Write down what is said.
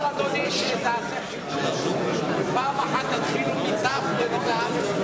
אולי אפשר אדוני שפעם אחת נתחיל מתי"ו ולא מאל"ף?